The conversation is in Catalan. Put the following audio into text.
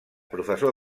professor